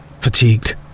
fatigued